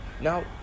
now